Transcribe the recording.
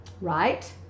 Right